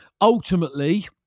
ultimately